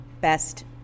best